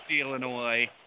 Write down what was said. Illinois